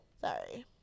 Sorry